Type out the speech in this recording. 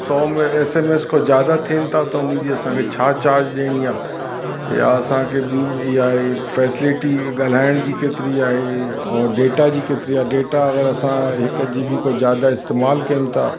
सौ में S M S खां ज़्यादा थियनि था त उन जी असांखे छा चार्ज ॾियणी आहे या असांखे ॿी इहा आहे फेसिलिटी ॻाल्हाइण जी केतिरी आहे ऐं डेटा जी केतरी आहे डेटा अगरि असां हिक जीबी खां ज़्यादा इस्तेमाल कयूं था